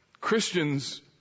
Christians